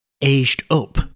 aged-up